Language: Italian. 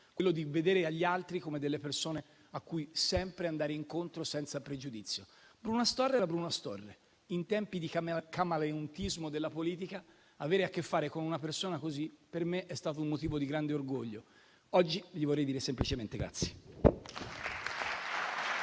ci lascia: vedere gli altri come persone a cui andare sempre incontro senza pregiudizio. Bruno Astorre era Bruno Astorre: in tempi di camaleontismo della politica, avere a che fare con una persona così per me è stato un motivo di grande orgoglio. Oggi gli vorrei dire semplicemente grazie.